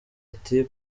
iti